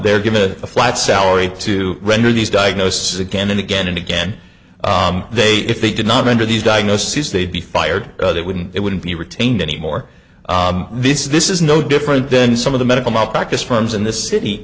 they're given a flat salary to render these diagnosis again and again and again they if they did not under these diagnoses they'd be fired they wouldn't it wouldn't be retained anymore this is this is no different then some of the medical malpractise firms in the city